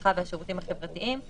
הרווחה והשירותים החברתיים,